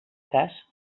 cas